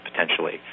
potentially